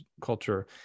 culture